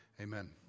Amen